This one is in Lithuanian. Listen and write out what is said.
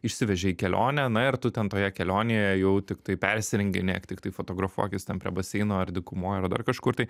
išsivežė į kelionę na ir tu ten toje kelionėje jau tiktai persirenginėk tiktai fotografuokis ten prie baseino ar dykumoj ar dar kažkur tai